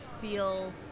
feel